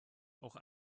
auch